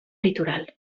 litoral